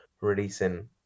releasing